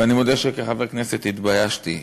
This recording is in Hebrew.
ואני מודה שכחבר כנסת התביישתי,